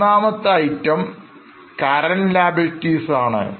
മൂന്നാമത്തെ item Current Liabilities ആണ്